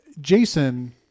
Jason